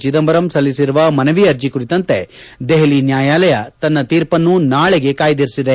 ಚಿದಂಬರಂ ಸಲ್ಲಿಸಿರುವ ಮನವಿ ಅರ್ಜಿ ಕುರಿತಂತೆ ದೆಹಲಿ ನ್ವಾಯಾಲಯ ತನ್ನ ತೀರ್ಪನ್ನು ನಾಳೆಗೆ ಕಾಯ್ದಿರಿಸಿದೆ